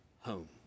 home